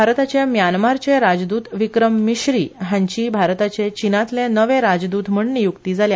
भारताचे म्यानमारचे राजद्त विक्रम मिश्री हांची भारताचे चीनातले नवे राजदूत म्हण नियुक्ती जाल्या